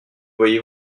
voyez